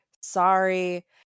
sorry